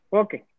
okay